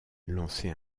lancé